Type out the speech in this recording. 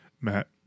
Matt